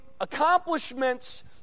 accomplishments